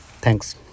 Thanks